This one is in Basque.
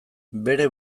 bere